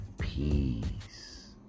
peace